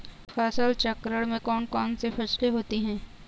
फसल चक्रण में कौन कौन सी फसलें होती हैं?